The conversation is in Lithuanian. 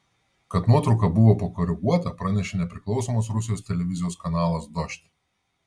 kad nuotrauka buvo pakoreguota pranešė nepriklausomas rusijos televizijos kanalas dožd